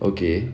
okay